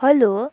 hello